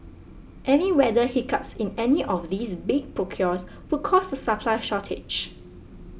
any weather hiccups in any of these big procures would cause a supply shortage